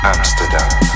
Amsterdam